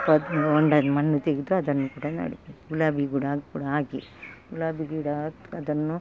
ಸ್ವಲ್ಪ ಹೊಂಡದ್ದು ಮಣ್ಣು ತೆಗೆದು ಅದನ್ನು ಕೂಡ ನೆಡ್ಬೇಕು ಗುಲಾಬಿ ಗಿಡ ಕೂಡ ಹಾಗೆ ಗುಲಾಬಿ ಗಿಡ ತ್ ಅದನ್ನು